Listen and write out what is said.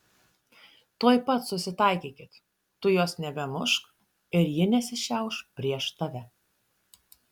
tuoj pat susitaikykit tu jos nebemušk ir ji nesišiauš prieš tave